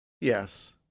Yes